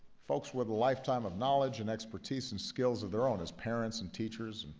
folks with a lifetime of knowledge, and expertise, and skills of their own as parents, and teachers,